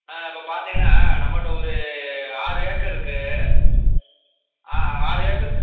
ஆ இப்போ பார்த்தீங்கன்னா நம்மகிட்ட ஒரு ஆறு ஏக்கர் இருக்குது ஆ ஆறு ஏக்கர்